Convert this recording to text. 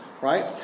right